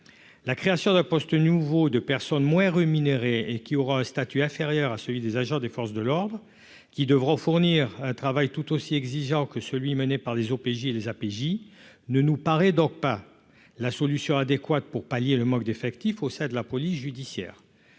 la création de postes nouveaux de personnes moins rémunérés et qui aura un statut inférieur à celui des agents des forces de l'ordre qui devront fournir un travail tout aussi exigeant que celui mené par les OPJ les APJ ne nous paraît donc pas la solution adéquate pour pallier le manque d'effectifs au sein de la police judiciaire